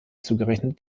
zugerechnet